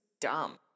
dumb